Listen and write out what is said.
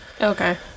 Okay